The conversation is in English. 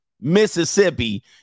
mississippi